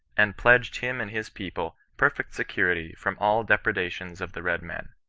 and pledged him and his people perfect security from all depredations of the red men.